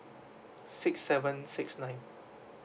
six seven six nine